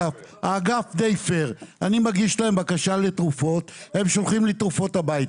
האגף הוא די פייר הם שולחים לי תרופות הביתה.